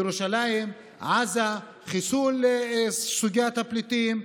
ירושלים, עזה, חיסול סוגיית הפליטים,